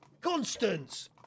Constance